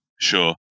Sure